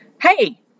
hey